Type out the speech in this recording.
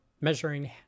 measuring